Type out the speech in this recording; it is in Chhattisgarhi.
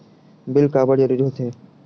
बिल काबर जरूरी होथे?